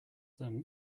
than